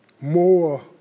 more